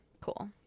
Cool